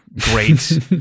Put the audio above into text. great